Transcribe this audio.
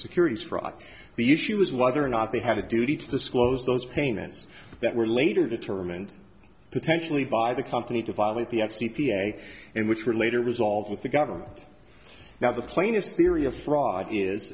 securities fraud the issue was whether or not they had a duty to disclose those payments that were later determined potentially by the company to violate the at c p a and which were later resolved with the government now the plaintiff's theory of fraud is